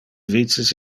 vices